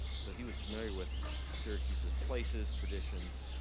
so, he was familiar with syracuse's places, traditions,